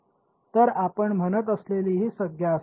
तर आपण म्हणत असलेली ही संज्ञा असावी आणि